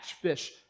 fish